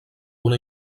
una